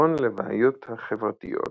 כפתרון לבעיות חברתיות,